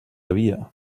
havia